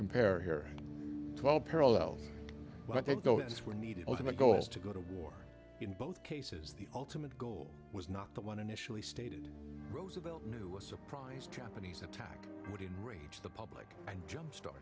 comparing twelve parallel but i think those were needed ultimate goals to go to war in both cases the ultimate goal was not the one initially stated roosevelt knew was surprised japanese attack would enraged the public and jump start